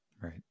Right